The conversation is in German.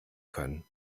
können